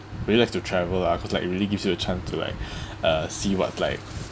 really like to travel lah cause like it really gives you a chance to like uh see what's like